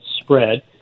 spread